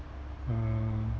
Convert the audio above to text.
uh